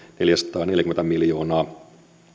neljäsataaneljäkymmentä miljoonaa